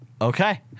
Okay